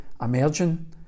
emerging